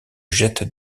jettent